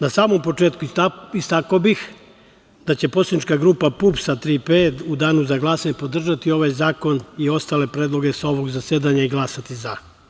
Na samom početku istakao bih da će Poslanička grupa PUPS – „Tri P“ u danu za glasanje podržati ovaj zakon i ostale predloge sa ovog zasedanja i glasati za.